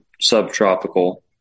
subtropical